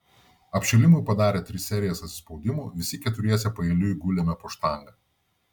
apšilimui padarę tris serijas atsispaudimų visi keturiese paeiliui gulėme po štanga